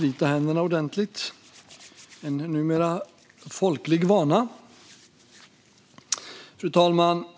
Fru talman!